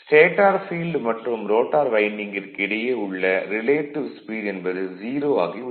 stator field மற்றும் rotor வைண்டிங்கிற்கு இடையே உள்ள ரிலேட்டிவ் ஸ்பீடு என்பது 0 ஆகிவிடும்